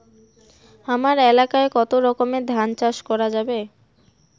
হামার এলাকায় কতো রকমের ধান চাষ করা যাবে?